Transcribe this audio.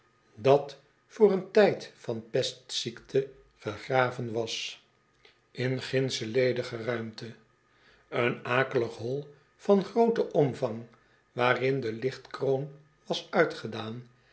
dat voor een tijd van pestziekte gegraven was in gindsche ledige ruimte een akelig hol van grooten omvang waarin de lichtkroon was uitgedaan